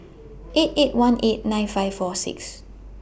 eight eight one eight nine five four six